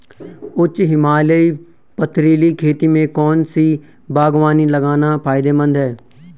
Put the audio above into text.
उच्च हिमालयी पथरीली खेती में कौन सी बागवानी लगाना फायदेमंद है?